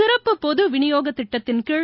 சிறப்பு பொது விநியோகத்ததிட்டத்தின்கீழ